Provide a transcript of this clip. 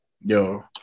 yo